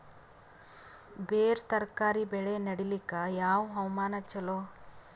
ಬೇರ ತರಕಾರಿ ಬೆಳೆ ನಡಿಲಿಕ ಯಾವ ಹವಾಮಾನ ಚಲೋ?